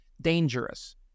dangerous